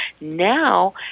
Now